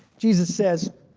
jesus says,